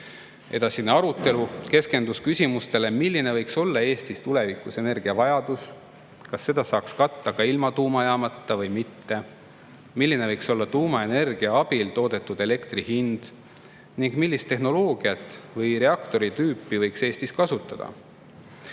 Edasine arutelu keskendus küsimustele. Milline võiks olla Eestis tulevikus energiavajadus? Kas seda saaks katta ka ilma tuumajaamata või mitte? Milline võiks olla tuumaenergia abil toodetud elektri hind? Millist tehnoloogiat või reaktoritüüpi võiks Eestis kasutada?